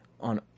on